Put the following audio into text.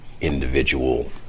individual